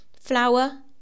flour